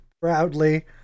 proudly